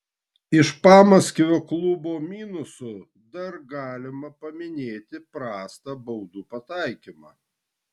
iš pamaskvio klubo minusų dar galima paminėti prastą baudų pataikymą